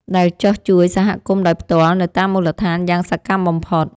ដែលចុះជួយសហគមន៍ដោយផ្ទាល់នៅតាមមូលដ្ឋានយ៉ាងសកម្មបំផុត។